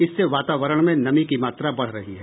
इससे वातावरण में नमी की मात्रा बढ़ रही है